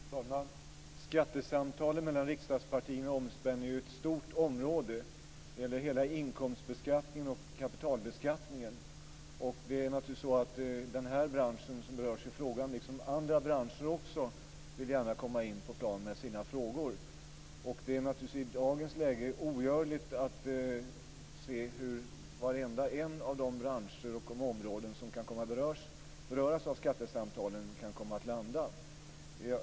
Fru talman! Skattesamtalen mellan riksdagspartierna omspänner ett stort område. Det gäller hela inkomstbeskattningen och kapitalbeskattningen. Det är naturligtvis så att den bransch som berörs i frågan liksom andra branscher gärna vill komma in på planen med sina frågor. Det är i dagens läge ogörligt att se hur varenda en av de branscher och områden som kan komma att beröras av skattesamtalen kan komma att landa.